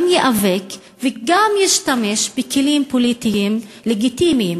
גם ייאבק וגם ישתמש בכלים פוליטיים לגיטימיים.